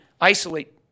isolate